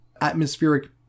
atmospheric